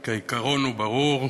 כי העיקרון הוא ברור.